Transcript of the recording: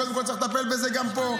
קודם כול צריך לטפל בזה גם פה,